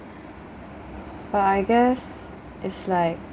but I guess it's like